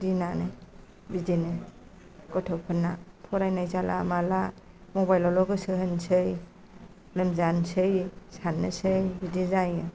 दिनानो बिदिनो गथ'फोरना फरायनाय जाला माला मबाइल आवल' गोसो होनोसै लोमजानोसै साननोसै बिदि जायो